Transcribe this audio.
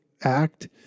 Act